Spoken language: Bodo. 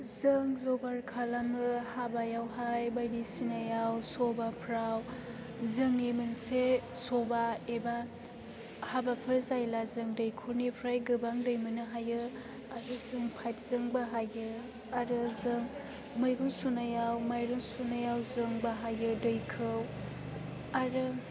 जों जगार खालामो हाबायावहाय बायदिसिनायाव सभाफोराव जोंनि मोनसे सभा एबा हाबाफोर जायोब्ला जों दैखरनिफ्राय गोबां दै मोननो हायो आरो जों पाइपजोंबो हायो आरो जों मैगं सुनायाव माइरं सुनायाव जों बाहायो दैखौ आरो